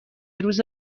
روز